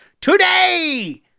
today